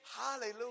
Hallelujah